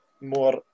more